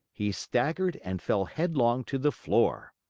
he staggered and fell headlong to the floor.